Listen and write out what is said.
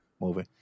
movie